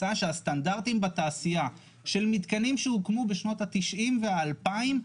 מצא שהסטנדרטים בתעשייה של מתקנים שהוקמו בשנות ה-90 וה-2000,